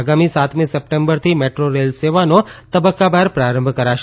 આગામી સાતમી સપ્ટેમ્બરથી મેટ્રો રેલ સેવાનો તબક્કાવાર પ્રારંભ કરાશે